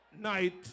night